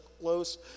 close